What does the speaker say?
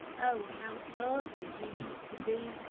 oh, how ugly he used to be,